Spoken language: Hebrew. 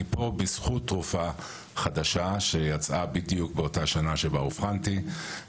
אני פה בזכות תרופה חדשה שיצאה בדיוק באותה שנה שבה אובחנתי,